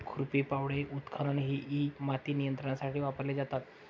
खुरपी, फावडे, उत्खनन इ माती नियंत्रणासाठी वापरले जातात